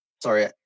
sorry